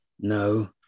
No